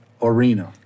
arena